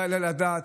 לא יעלה על הדעת.